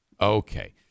Okay